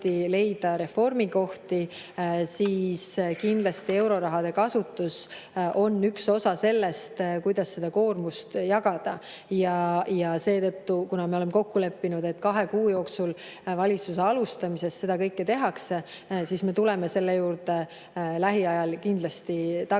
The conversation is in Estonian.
leida reformikohti, siis kindlasti euroraha kasutus on üks osa sellest, kuidas seda koormust jagada. Seetõttu, kuna me oleme kokku leppinud, et kahe kuu jooksul valitsuse alustamisest seda kõike tehakse, me tuleme selle juurde lähiajal kindlasti tagasi,